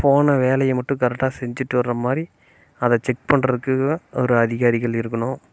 போன வேலையை மட்டும் கரெட்டாக செஞ்சுட்டு வரமாதிரி அதை செக் பண்ணுறதுக்கு ஒரு அதிகாரிகள் இருக்கணும்